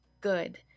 good